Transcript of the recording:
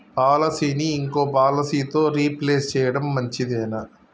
పాలసీని ఇంకో పాలసీతో రీప్లేస్ చేయడం మంచిదేనా?